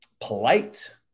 polite